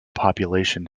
population